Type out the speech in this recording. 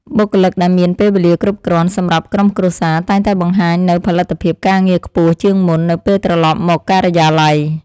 បុគ្គលិកដែលមានពេលវេលាគ្រប់គ្រាន់សម្រាប់ក្រុមគ្រួសារតែងតែបង្ហាញនូវផលិតភាពការងារខ្ពស់ជាងមុននៅពេលត្រឡប់មកការិយាល័យ។